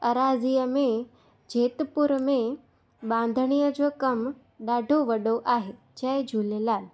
एराज़ीअ में जेतपुर में बांधणीअ जो कमु ॾाढो वॾो आहे जय झूलेलाल